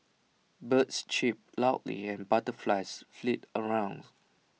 birds chip loudly and butterflies flit around